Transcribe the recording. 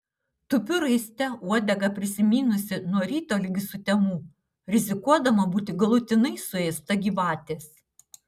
tupiu raiste uodegą prisimynusi nuo ryto ligi sutemų rizikuodama būti galutinai suėsta gyvatės